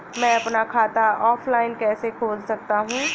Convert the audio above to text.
मैं अपना खाता ऑफलाइन कैसे खोल सकता हूँ?